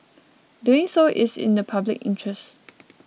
doing so is in the public interest